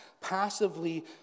passively